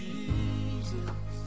Jesus